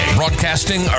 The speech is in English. broadcasting